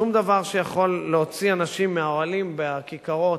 שום דבר שיכול להוציא אנשים מהאוהלים בכיכרות,